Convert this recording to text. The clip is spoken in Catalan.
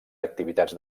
activitats